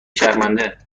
شرمنده